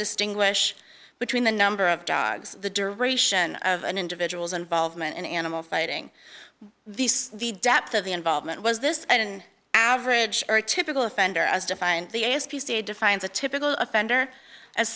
distinguish between the number of dogs the duration of an individual's involvement in animal fighting the depth of the involvement was this and average or typical offender as defined the as p c a defines a typical offender as